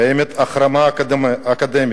קיימת החרמה אקדמית,